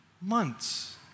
months